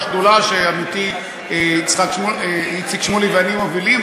שדולה שעמיתי איציק שמולי ואני מובילים,